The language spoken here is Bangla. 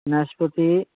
নাশপাতি